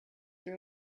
are